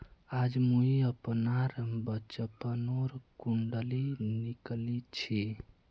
आज मुई अपनार बचपनोर कुण्डली निकली छी